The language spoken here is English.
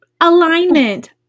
alignment